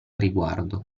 riguardo